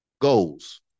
goals